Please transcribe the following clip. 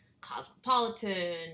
cosmopolitan